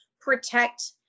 protect